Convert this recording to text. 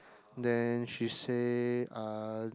then she say uh